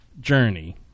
journey